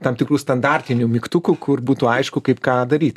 tam tikrų standartinių mygtukų kur būtų aišku kaip ką daryti